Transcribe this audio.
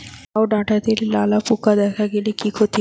লাউ ডাটাতে লালা পোকা দেখালে কি ক্ষতি হয়?